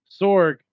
Sorg